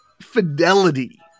fidelity